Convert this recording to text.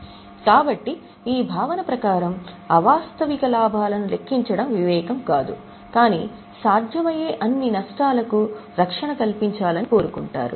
కాబట్టి ఈ భావన ప్రకారం అవాస్తవిక లాభాలను లెక్కించడం వివేకం కాదు కానీ సాధ్యమయ్యే అన్ని నష్టాలకు రక్షణ కల్పించాలని కోరుకుంటారు